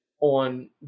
on